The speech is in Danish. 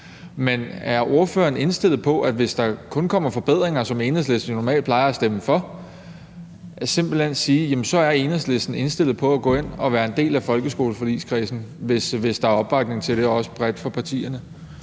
men er ordføreren indstillet på, hvis der kun kommer forbedringer, som Enhedslisten jo plejer at stemme for, simpelt hen at sige, at så er Enhedslisten indstillet på at gå ind og være en del af folkeskoleforligskredsen, hvis der er opbakning til det bredt fra partierne?